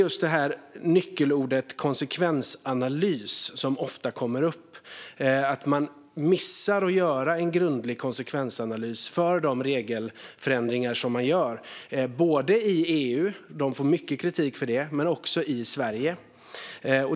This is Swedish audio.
Just nyckelordet konsekvensanalys kommer ofta upp, och att man missar att göra en grundläggande konsekvensanalys för de regelförändringar som man gör. Detta är fallet både i EU - de får mycket kritik för det - och i Sverige.